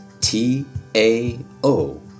T-A-O